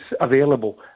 available